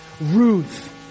Ruth